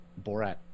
Borat